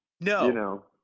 No